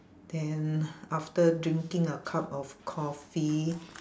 then after drinking a cup of coffee